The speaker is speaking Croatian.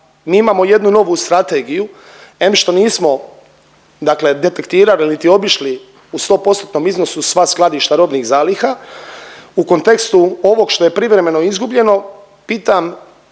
mi imamo jednu novu strategiju. Em što nismo dakle detektirali iliti obišli u 100%-tnom iznosu sva skladišta robnih zaliha, u kontekstu ovog što je privremeno izgubljeno pitam